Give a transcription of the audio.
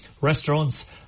restaurants